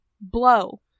Blow